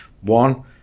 one